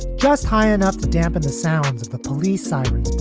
just high enough to dampen the sounds of the police sirens.